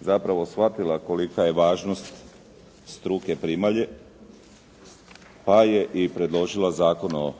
zapravo shvatila kolika je važnost struke primalje pa je i predložila Zakon o